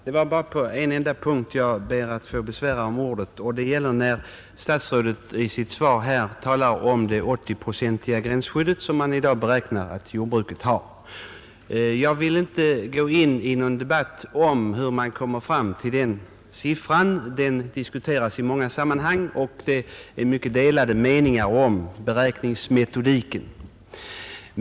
Fru talman! Bara på en enda punkt ber jag att få besvära om ordet, nämligen när statsrådet i sitt svar talar om det 80-procentiga gränsskydd som man i dag beräknar att jordbruket har. Jag vill inte gå in i någon debatt om hur man kommer fram till den siffran. Den diskuteras i många sammanhang och det råder mycket delade meningar om beräkningsmetodiken.